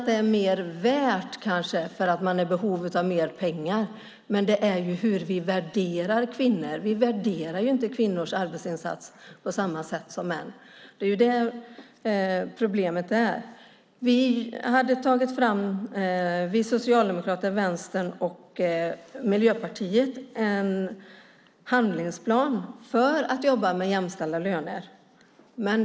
Det är mer värt kanske för att man är i behov av mer pengar, men det handlar om hur vi värderar kvinnor. Vi värderar inte kvinnors arbetsinsats på samma sätt som mäns. Det är ju det problemet är. Vi socialdemokrater, Vänstern och Miljöpartiet hade tagit fram en handlingsplan för att jobba med jämställda löner.